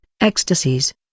ecstasies